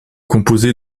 composé